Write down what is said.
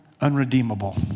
unredeemable